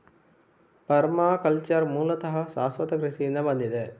permaculture ಮೂಲತಃ ಶಾಶ್ವತ ಕೃಷಿಯಿಂದ ಬಂದಿದೆ